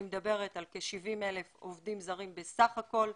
אני מדברת על כ-70 אלף עובדים זרים בסך הכול.